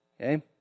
Okay